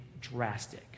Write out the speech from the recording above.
drastic